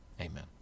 Amen